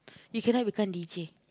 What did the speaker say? you cannot become D_J